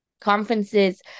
conferences